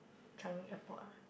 Changi Airport ah